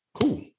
cool